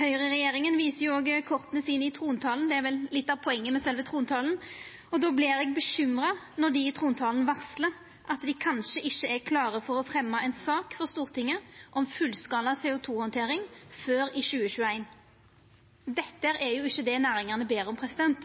Høgreregjeringa viser òg korta sine i trontalen – det er vel litt av sjølve poenget med trontalen – og eg vert bekymra når dei i trontalen varslar at dei kanskje ikkje er klare for å fremja ei sak for Stortinget om fullskala CO 2 -handtering før i 2021. Dette er ikkje det næringane ber om